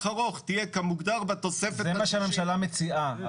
ארוך תהיה --- זה מה שהממשלה מציעה.